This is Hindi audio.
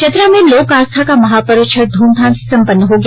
चतरा में लोक आस्था का महापर्व छठ ध्रमधाम से संपन्न हो गया